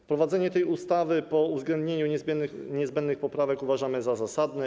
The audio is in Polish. Wprowadzenie tej ustawy po uwzględnieniu niezbędnych poprawek uważamy za zasadne.